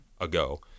ago